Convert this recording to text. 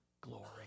glory